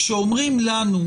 כשאומרים לנו,